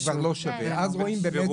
אז זה כבר לא שווה ואז רואים באמת שזה מגמתי.